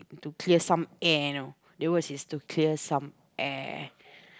to clear some air you know that was his to clear some air